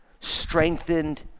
strengthened